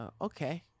okay